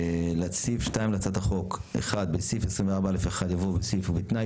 לסעיף 2 להצעת החוק: 1. בסעיף 24(א)(1) יבוא בסוף הסעיף: "ובתנאי